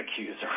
accuser